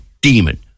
demon